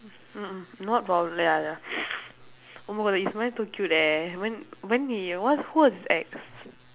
not oh my god his smile too cute eh when when he what's who was his ex